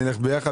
בשמחה נלך ביחד.